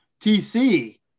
TC